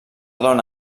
dona